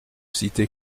cité